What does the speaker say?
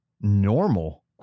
normal